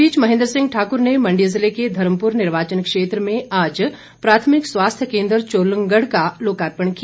इस बीच महेंद्र सिंह ठाक्र ने मंडी ज़िले के धर्मपुर निर्वाचन क्षेत्र में आज प्राथमिक स्वास्थ्य केंद्र चोलंगढ़ का लोकार्पण किया